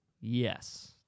Yes